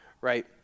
right